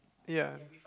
ya